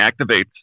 activates